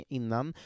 innan